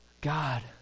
God